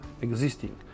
existing